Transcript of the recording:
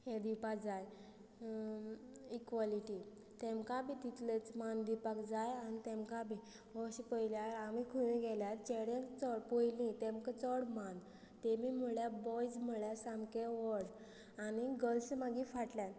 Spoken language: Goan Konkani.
हें दिवपा जाय इक्वॉलिटी तेमकां बी तितलेंच मान दिवपाक जाय आनी तेमकां बी अशें पळयल्यार आमी खंय गेल्यार चेडेक चड पयलीं तेमकां चड मान तेमी म्हळ्यार बॉयज म्हळ्यार सामके व्हड आनी गर्ल्स मागीर फाटल्यान